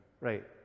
Right